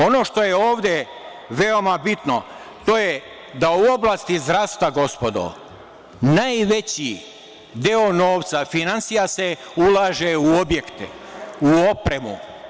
Ono što je ovde veoma bitno, to je da u oblasti zdravstva, gospodo, najveći deo novca, finansija, se i ulaže u objekte, u opremu.